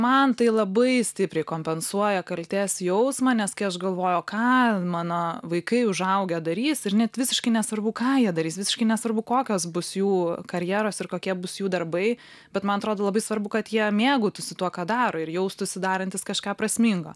man tai labai stipriai kompensuoja kaltės jausmą nes kai aš galvoju o ką mano vaikai užaugę darys ir net visiškai nesvarbu ką jie darys visiškai nesvarbu kokios bus jų karjeros ir kokie bus jų darbai bet man atrodo labai svarbu kad jie mėgautųsi tuo ką daro ir jaustųsi darantys kažką prasmingo